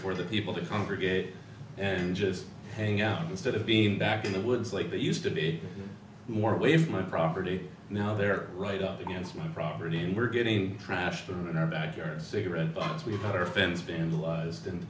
for the people to congregate and just hang out instead of being back in the woods like they used to be more leave my property now they're right up against my property and we're getting trashed in our backyard cigarette box we've got our fence